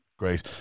great